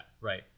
Right